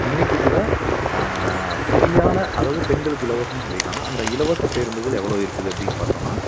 இன்னைக்கு கூட சரியான அதாவது பெண்களுக்கு இலவசம்னு சொல்லியிருக்காங்க அந்த இலவச பேருந்துகள் எவ்வளோ இருக்குது அப்படின்னு பார்த்தோன்னா